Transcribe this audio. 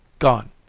gone!